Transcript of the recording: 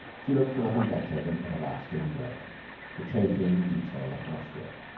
she looked for nothing better than everlasting work the chafing detail of housework